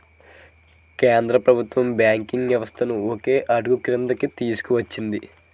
కేంద్ర ప్రభుత్వం బ్యాంకింగ్ వ్యవస్థను ఒకే గొడుగుక్రిందికి తీసుకొచ్చింది